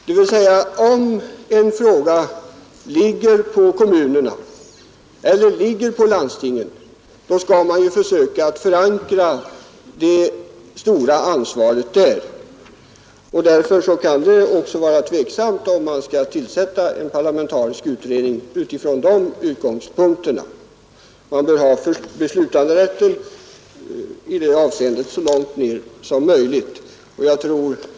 Dvs. om en frågas behandling åligger kommunerna eller landstingen, skall man försöka att förankra det stora ansvaret där. Därför kan det utifrån de utgångspunkterna också vara tveksamt om man skall tillsätta en parlamentarisk utredning. Man bör i detta avseende ha bestämmanderätten så långt ner som möjligt.